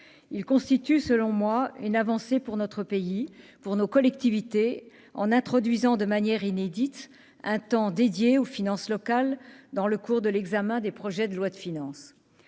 il constitue selon moi une avancée pour notre pays, pour nos collectivités en introduisant de manière inédite, un temps dédié aux finances locales dans le cours de l'examen des projets de loi de finances,